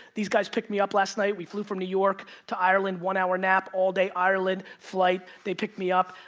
these guys picked me up last night, we flew from new york to ireland. one-hour nap, all day ireland, flight, they picked me up.